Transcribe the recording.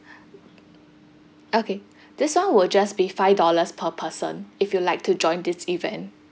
okay this one will just be five dollars per person if you like to join this event